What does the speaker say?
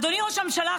אדוני ראש הממשלה,